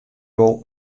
wol